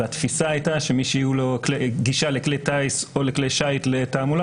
והתפיסה הייתה שמי שתהיה לו גישה לכלי טיס או לכלי שיט לתעמולה,